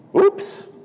Oops